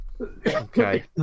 Okay